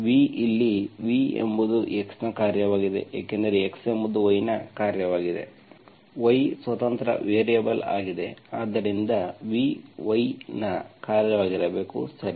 v ಇಲ್ಲಿ v ಎಂಬುದು x ನ ಕಾರ್ಯವಾಗಿದೆ ಏಕೆಂದರೆ x ಎಂಬುದು y ನ ಕಾರ್ಯವಾಗಿದೆ y y ಸ್ವತಂತ್ರ ವೇರಿಯೇಬಲ್ ಆಗಿದೆ ಆದ್ದರಿಂದ v y ನ ಕಾರ್ಯವಾಗಿರಬೇಕು